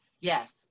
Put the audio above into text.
Yes